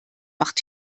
macht